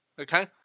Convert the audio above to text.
okay